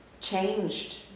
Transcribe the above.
changed